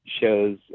shows